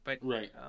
Right